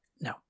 no